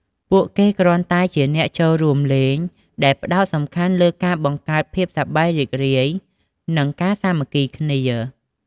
ពួកគេគ្រាន់តែជា អ្នកចូលរួមលេង ដែលផ្ដោតសំខាន់លើការបង្កើតភាពសប្បាយរីករាយ និងការសាមគ្គីគ្នា។